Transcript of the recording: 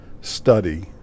study